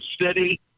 City